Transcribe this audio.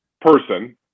person